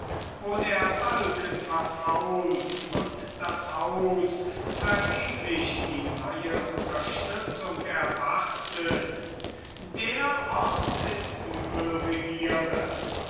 wo der balken verfault und das haus vergeblich die neue unterstützung erwartet der ort ist übel regieret